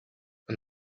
and